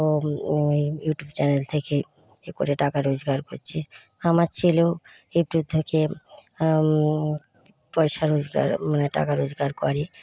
ও ওই YouTube channel থেকে একরে টাকা রোজগার করছে আমার ছেলেও এই প্রথাকে পয়সা রোজগার মানে টাকা রোজগার করে